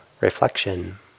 reflection